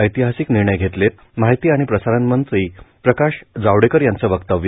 ऐतिहासिक निर्णय घेतले माहिती आणि प्रसारण मंत्री प्रकाश जावडेकर यांचं वक्तव्य